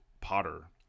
Potter